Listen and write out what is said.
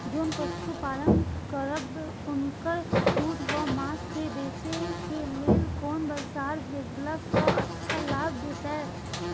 जोन पशु पालन करब उनकर दूध व माँस के बेचे के लेल कोन बाजार भेजला सँ अच्छा लाभ भेटैत?